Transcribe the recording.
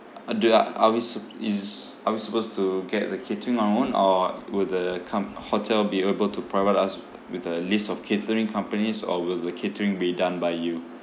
uh do ya are we supp~ is are we supposed to get the catering on our own or will the com~ hotel be able to provide us wit~ with a list of catering companies or will the catering be done by you